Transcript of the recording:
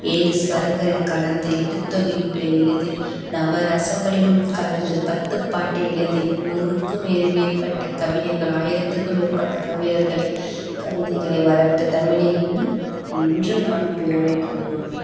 ஏழு ஸ்வரங்களை கலந்து எட்டுத்தொகை நூலை எழுதி நவரசங்களிலும் கலந்து பத்து பாட்டை எழுதி நூறுக்கும் மேற் மேற்பட்ட கவிஞர்கள் ஆயிரத்துக்கும் மேற்பட்ட கவிஞர்களை கவிதைகளை வளர்த்த தமிழை எண்ணி இன்றும் நம் பெருமை கொள்வோமே